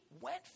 went